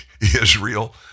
Israel